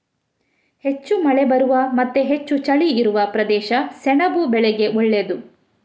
ಹೆಚ್ಚು ಮಳೆ ಬರುವ ಮತ್ತೆ ಹೆಚ್ಚು ಚಳಿ ಇರುವ ಪ್ರದೇಶ ಸೆಣಬು ಬೆಳೆಗೆ ಒಳ್ಳೇದು